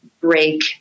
break